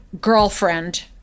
girlfriend